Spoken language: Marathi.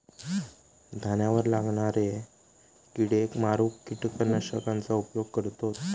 धान्यावर लागणाऱ्या किडेक मारूक किटकनाशकांचा उपयोग करतत